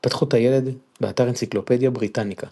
התפתחות הילד, באתר אנציקלופדיה בריטניקה